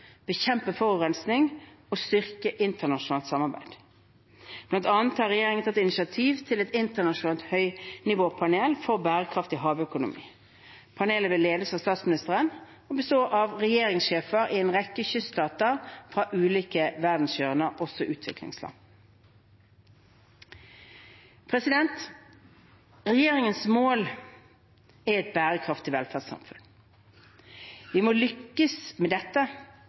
bekjempe forurensning og styrke internasjonalt samarbeid. Blant annet har regjeringen tatt initiativ til et internasjonalt høynivåpanel for bærekraftig havøkonomi. Panelet vil ledes av statsministeren og bestå av regjeringssjefer i en rekke kyststater fra ulike verdenshjørner, også utviklingsland. Regjeringens mål er et bærekraftig velferdssamfunn. Vi må lykkes med dette